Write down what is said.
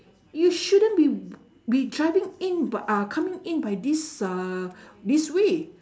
you shouldn't be be driving in bu~ uh coming in by this uh this way